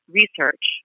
research